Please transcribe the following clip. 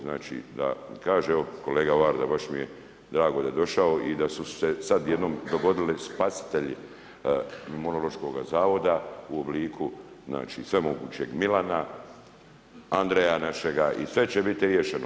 Znači, da kaže evo kolega Varda, baš mi je drago da je došao i da su se sad jednom dogodili spasitelji Imunološkoga zavoda u obliku znači, svemogućeg Milana, Andreja našega i sve će biti riješeno.